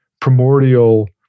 primordial